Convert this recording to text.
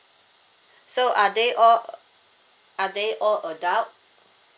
so are they all are they all adult